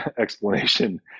explanation